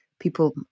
People